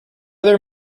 there